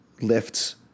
Lifts